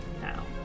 now